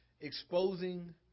exposing